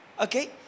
Okay